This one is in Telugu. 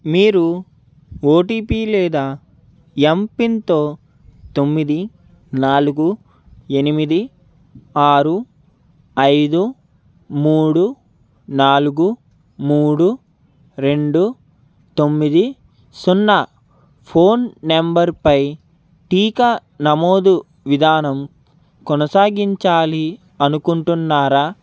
మీరు ఓటీపీ లేదా ఎంపిన్తో తొమ్మిది నాలుగు ఎనిమిది ఆరు ఐదు మూడు నాలుగు మూడు రెండు తొమ్మిది సున్నా ఫోన్ నెంబర్పై టీకా నమోదు విధానం కొనసాగించాలి అనుకుంటున్నారా